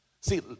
See